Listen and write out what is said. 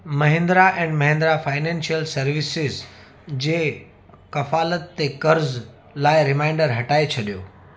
Mahindra and Mahindra financial services जे कफ़ालत ते क़र्ज़ लाइ रिमाइंडर हटाए छॾियो